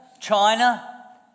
China